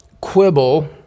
quibble